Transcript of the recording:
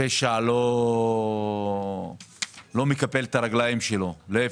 הפשע לא מקפל את הרגליים שלו, להיפך,